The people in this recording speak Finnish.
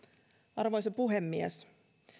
arvoisa puhemies